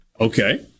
Okay